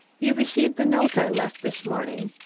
you received the note i left this morning?